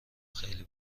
خیلی